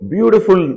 Beautiful